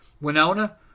Winona